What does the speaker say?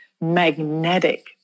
magnetic